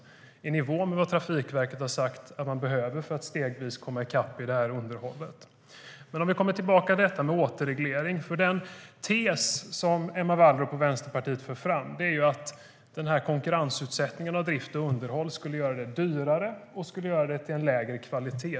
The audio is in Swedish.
Det är i nivå med vad Trafikverket har sagt att man behöver för att stegvis komma i kapp med underhållet. Låt mig återvända till återregleringen. Den tes som Emma Wallrup och Vänsterpartiet för fram är att konkurrensutsättningen av drift och underhåll skulle göra det dyrare och ge lägre kvalitet.